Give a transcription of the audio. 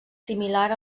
similar